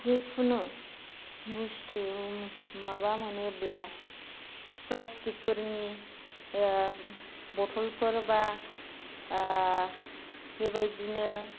जेखुनु बुसथु माबा मोनोब्ला प्लासटिकफोरनि बथलफोर बा बेबायदिनो